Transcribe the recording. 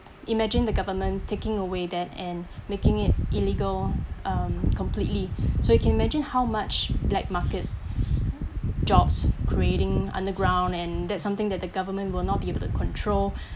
imagine the government taking away that and making it illegal um completely so you can imagine how much black market jobs grading underground and that's something that the government will not be able to control